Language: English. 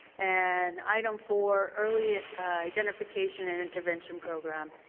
and item four, early identification and intervention program,